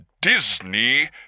Disney